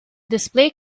display